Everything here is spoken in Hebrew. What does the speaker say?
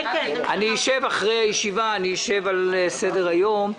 אחרי הישיבה אשב על סדר היום.